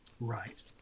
Right